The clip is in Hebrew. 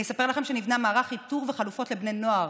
אני אספר לכם שנבנה מערך איתור וחלופות לבני נוער.